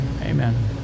Amen